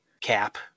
cap